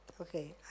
Okay